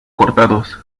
cortados